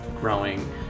growing